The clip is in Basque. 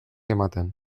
ematen